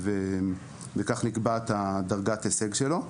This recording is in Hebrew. וכך נקבעת דרגת ההישג שלו.